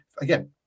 Again